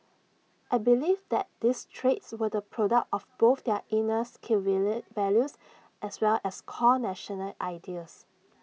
I believe that these traits were the product of both their inner Sikh values as well as core national ideals